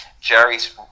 Jerry's